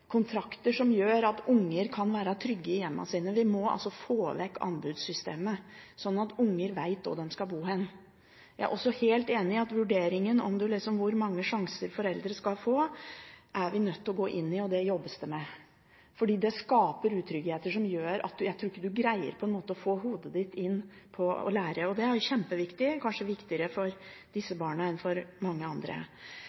kontrakter som gjør at unger kan være trygge i hjemmet sitt. Vi må få vekk anbudssystemet, sånn at unger vet hvor de skal bo. Jeg er også helt enig i at vurderingen om hvor mange sjanser foreldre skal få, er vi nødt til å gå inn i – og det jobbes det med – fordi det skaper utrygghet som gjør at du ikke greier å få hodet ditt inn på det å lære, tror jeg. Det er kjempeviktig, kanskje viktigere for disse